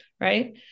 right